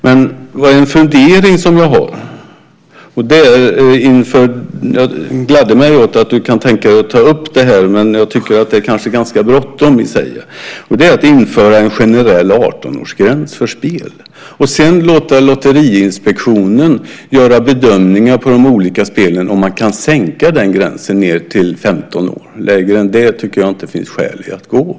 Men jag har en fundering - jag gladde mig åt att du kan tänka dig att ta upp det här, men jag tycker att det är ganska bråttom - och det är att införa en generell 18-årsgräns för spel och att sedan låta Lotteriinspektionen göra bedömningar om man kan sänka gränsen till 15 år för olika spel. Lägre än så tycker jag faktiskt inte att det finns skäl att gå.